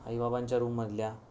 आईबाबांच्या रूममधल्या